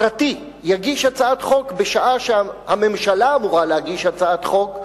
פרטי יגיש הצעת חוק בשעה שהממשלה אמורה להגיש הצעת חוק,